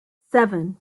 seven